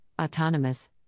Autonomous